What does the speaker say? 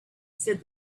said